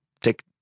take